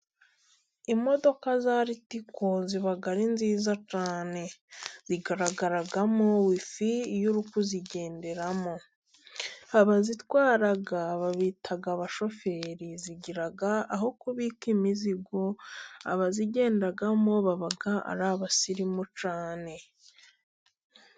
Imodoka za Ritiko ziba ari nziza cyane, zigaragaramo wifi iyo uri kuzigenderamo. Abazitwara babita abashoferi, zigira aho kubika imizigo, abazigendarmo baba ari abasirimu cyane.